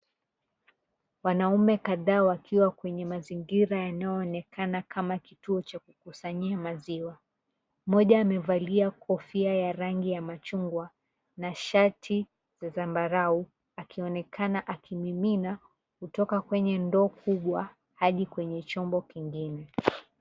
Wanaume kadha wakiwa kwenye mazingira yanayoonekana kama kituo cha kukusanyia maziwa, mmoja amevalia kofia ya rangi ya machungwa na shati ya zambarau akionekana akimimina kutoka kwenye ndoo kubwa hadi kwenye chombo kingine.